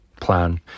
plan